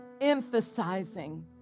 emphasizing